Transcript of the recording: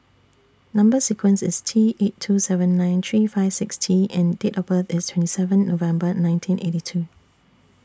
Number sequence IS T eight two seven nine three five six T and Date of birth IS twenty seven November nineteen eighty two